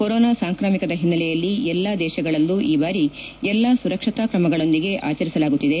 corona ಸಾಂಕ್ರಾಮಿಕದ ಹಿನ್ನೆಲೆಯಲ್ಲಿ ಎಲ್ಲ ದೇಶಗಳಲ್ಲೂ ಈ ಬಾರಿ ಎಲ್ಲಾ ಸುರಕ್ಷತಾ ಕ್ರಮಗಳೊಂದಿಗೆ ಆಚರಿಸಲಾಗುತ್ತಿದೆ